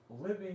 living